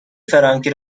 فرانکی